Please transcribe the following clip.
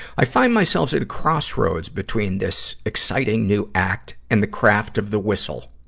i find myself at a crossroads between this exciting new act and the craft of the whistle.